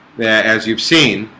that as you've seen